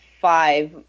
five